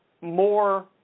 more